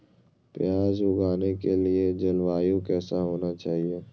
प्याज उगाने के लिए जलवायु कैसा होना चाहिए?